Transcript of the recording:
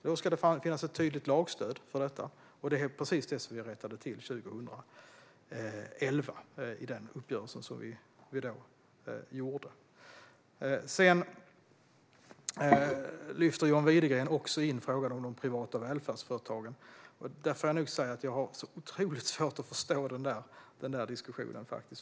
Det ska finnas tydligt lagstöd för detta, och det var precis det vi rättade till från och med 2011 tack vare den uppgörelse vi gjorde. John Widegren lyfter också fram frågan om de privata välfärdsföretagen, och jag måste säga att jag har otroligt svårt att förstå den diskussionen.